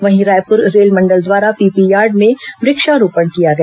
वहीं रायपुर रेलमंडल द्वारा पीपी यार्ड में वृक्षारोपण किया गया